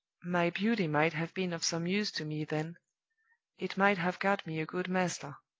my beauty might have been of some use to me then it might have got me a good master.